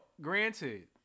granted